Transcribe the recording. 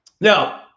now